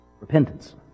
Repentance